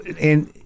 and-